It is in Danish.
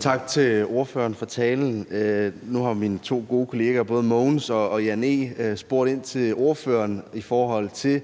Tak til ordføreren for talen. Nu har mine to gode kollegaer Mogens Jensen og Jan E. Jørgensen begge spurgt ordføreren ind til,